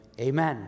amen